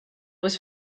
was